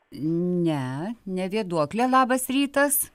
ne ne vėduoklė labas rytas